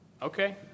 okay